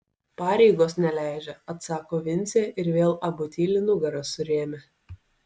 pareigos neleidžia atsako vincė ir vėl abu tyli nugaras surėmę